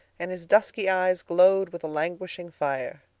and his dusky eyes glowed with a languishing fire.